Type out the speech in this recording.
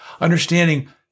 understanding